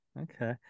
okay